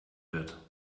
wird